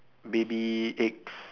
baby eggs